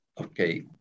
okay